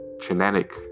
genetic